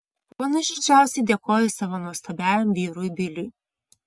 kuo nuoširdžiausiai dėkoju savo nuostabiajam vyrui bilui